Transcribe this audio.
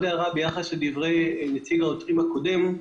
יש לי הערה גם ביחס לדברי נציג העותרים הקודם,